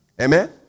Amen